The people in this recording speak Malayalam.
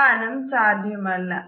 തൊടാനും സാധ്യമല്ല